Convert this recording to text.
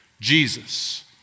Jesus